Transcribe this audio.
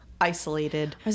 isolated